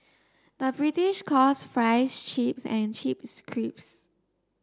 the British calls fries chips and chips crisps